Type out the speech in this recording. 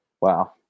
wow